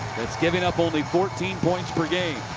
that's given up only fourteen points per game.